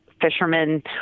fishermen